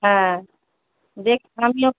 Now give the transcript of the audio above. হ্যাঁ দেখি আমিও